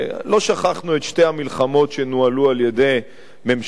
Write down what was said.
לא שכחנו את שתי המלחמות שנוהלו על-ידי ממשלת קדימה,